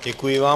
Děkuji vám.